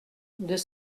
deux